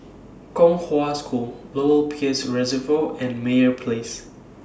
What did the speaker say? Kong Hwa School Lower Peirce Reservoir and Meyer Place